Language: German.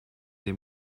dem